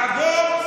לעבור,